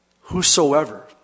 whosoever